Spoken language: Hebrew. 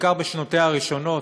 בעיקר בשנותיה הראשונות,